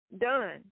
done